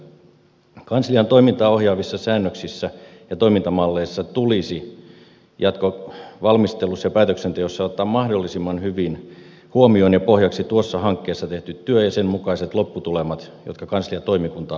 kanslian toimintaa ohjaavissa säännöksissä ja toimintamalleissa tulisi jatkovalmistelussa ja päätöksenteossa ottaa mahdollisimman hyvin huomioon ja pohjaksi tuossa hankkeessa tehty työ ja sen mukaiset lopputulemat jotka kansliatoimikunta on hyväksynyt